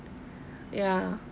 ya